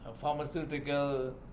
pharmaceutical